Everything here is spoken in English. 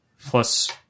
plus